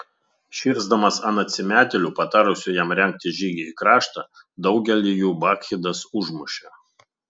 širsdamas ant atsimetėlių patarusių jam rengti žygį į kraštą daugelį jų bakchidas užmušė